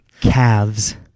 calves